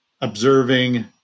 observing